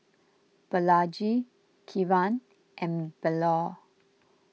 Balaji Kiran and Bellur